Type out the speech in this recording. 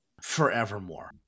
forevermore